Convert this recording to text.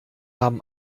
haben